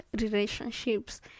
relationships